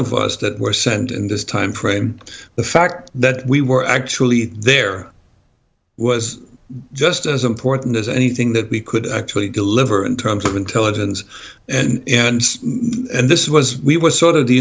of us that were sent in this time frame the fact that we were actually there was just as important as anything that we could actually deliver in terms of intelligence and and this was we were sort of the